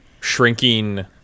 shrinking